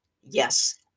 Yes